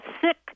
sick